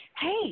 hey